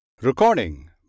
Recording